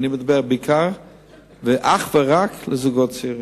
ואני מדבר אך ורק על זוגות צעירים.